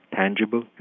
tangible